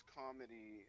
comedy